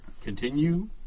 Continue